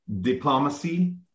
diplomacy